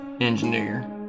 engineer